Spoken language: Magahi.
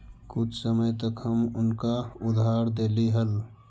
कुछ समय तक हम उनका उधार देली हल